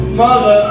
Mother